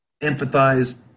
empathize